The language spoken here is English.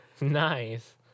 Nice